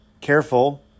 careful